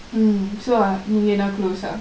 mm so ah நீங்க எல்லா:neengka ellaa close ah